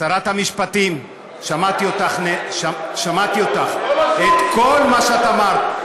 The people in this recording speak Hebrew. שרת המשפטים, שמעתי אותך, את כל מה שאת אמרת.